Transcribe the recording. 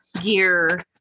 gear